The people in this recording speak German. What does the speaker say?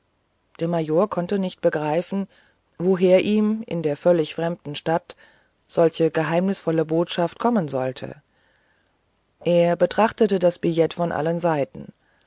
der major konnte nicht begreifen woher ihm in der völlig fremden stadt solche geheimnisvolle botschaft kommen sollte er betrachtete das billet von allen seiten